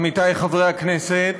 עמיתיי חברי הכנסת,